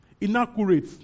Inaccurate